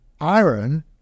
iron